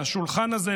לשולחן הזה,